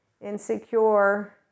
insecure